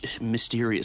mysterious